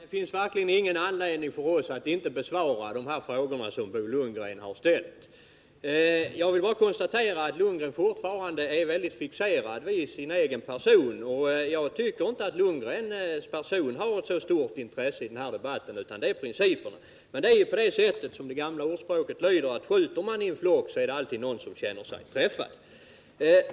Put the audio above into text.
Herr talman! Vi har verkligen ingen anledning att inte besvara de frågor som Bo Lundgren har ställt. Jag vill bara konstatera att Bo Lundgren fortfarande är väldigt fixerad vid sin egen person. Jag tycker inte att herr Lundgrens person är av så stort intresse i den här debatten, utan det är i stället principerna som är betydelsefulla. Men, som det gamla ordspråket lyder, skjuter man i en flock är det alltid någon som känner sig träffad.